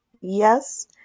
yes